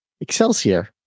excelsior